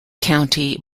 county